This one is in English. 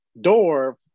door